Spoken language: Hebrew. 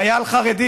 חייל חרדי